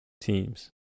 teams